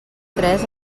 tres